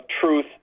truth